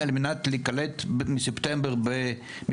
במובן הזה חד משמעית הייתה פה התנהלות שלא עומדת בשום סטנדרט